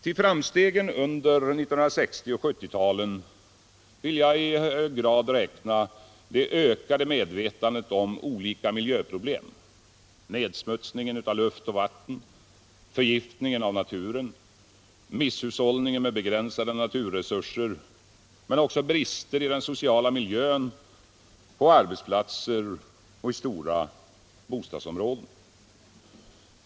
Till framstegen under 1960 och 1970-talen vill jag i hög grad räkna det ökade medvetandet om olika miljöproblem: nedsmutsningen av luft och vatten, förgiftningen av naturen och misshushållningen med begränsade naturresurser men också brister i den sociala miljön, på arbetsplatser och i stora bostadsområden.